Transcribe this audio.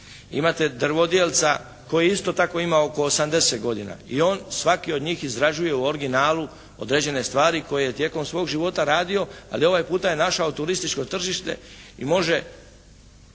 Imate drvodjelca koji isto tako ima oko 80 godina i on, svaki od njih izrađuje u originalu određene stvari koje je tijekom svog života radio, ali ovaj puta je našao turističko tržište i može